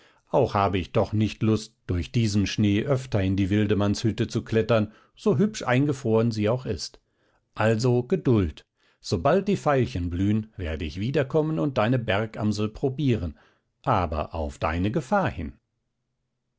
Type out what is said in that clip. auch habe ich doch nicht lust durch diesen schnee öfter in die wildemannshütte zu klettern so hübsch eingefroren sie auch ist also geduld sobald die veilchen blühen werde ich wiederkommen und deine bergamsel probieren aber auf deine gefahr hin